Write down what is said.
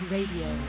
Radio